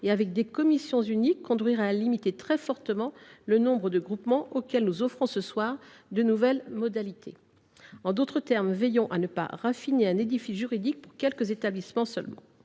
et dotés de commissions uniques conduirait à limiter très fortement le nombre de groupements auxquels nous offrons ce soir de nouvelles modalités. En d’autres termes, veillons à ne pas raffiner l’édifice juridique pour quelques établissements seulement.